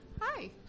hi